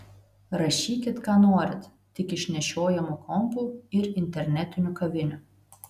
rašykit ką norit tik iš nešiojamų kompų ir internetinių kavinių